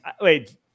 wait